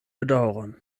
bedaŭron